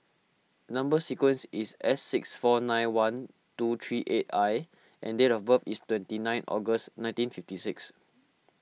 Number Sequence is S six four nine one two three eight I and date of birth is twenty nine August nineteen fifty six